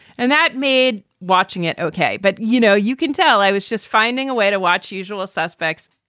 and that made watching it ok. but, you know, you can tell i was just finding a way to watch usual suspects.